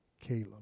Caleb